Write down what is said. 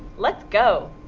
let's go.